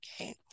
Okay